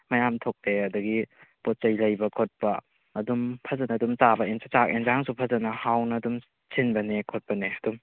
ꯃꯌꯥꯝ ꯊꯣꯛꯇꯦ ꯑꯗꯒꯤ ꯄꯣꯠ ꯆꯩ ꯂꯩꯕ ꯈꯣꯠꯄ ꯑꯗꯨꯝ ꯐꯖꯅ ꯑꯗꯨꯝ ꯆꯥꯛ ꯑꯦꯟꯖꯥꯡꯁꯨ ꯐꯖꯅ ꯍꯥꯎꯅ ꯑꯗꯨꯝ ꯁꯤꯟꯕꯅꯦ ꯈꯣꯠꯄꯅꯦ ꯑꯗꯨꯝ